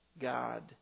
God